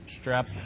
Strap